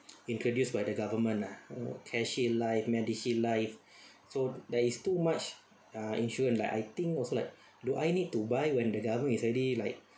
introduced by the government ah CareShield Life MediShield Life so there is too much ah insurance like I think also like do I need to buy when the government is already like